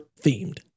themed